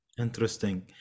Interesting